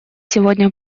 сегодня